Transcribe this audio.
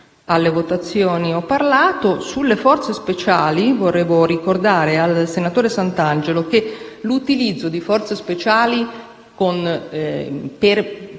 alle votazioni ho già parlato. Sulle forze speciali volevo ricordare al senatore Santangelo che l'utilizzo di forze speciali per